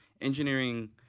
engineering